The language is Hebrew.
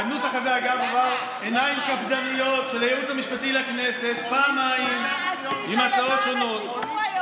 עשינו שהכול יהיה שקוף, מיקי לוי.